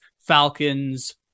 Falcons